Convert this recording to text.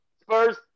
Spurs